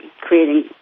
creating